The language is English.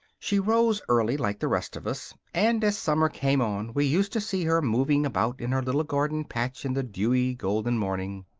she rose early, like the rest of us and as summer came on we used to see her moving about in her little garden patch in the dewy, golden morning.